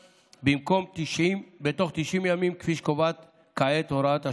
במקום בתוך 90 ימים כפי שקובעת כעת הוראת השעה.